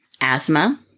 asthma